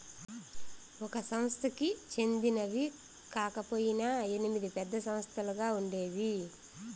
ఒక సంస్థకి చెందినవి కాకపొయినా ఎనిమిది పెద్ద సంస్థలుగా ఉండేవి